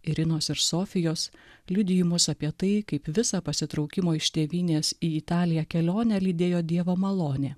irinos ir sofijos liudijimus apie tai kaip visą pasitraukimo iš tėvynės į italiją kelionę lydėjo dievo malonė